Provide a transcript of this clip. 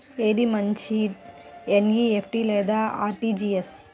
ఏది మంచి ఎన్.ఈ.ఎఫ్.టీ లేదా అర్.టీ.జీ.ఎస్?